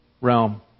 realm